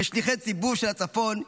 כשליחי ציבור של הצפון,